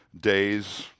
days